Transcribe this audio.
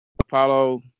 Apollo